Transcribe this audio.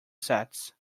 sets